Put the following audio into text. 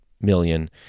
million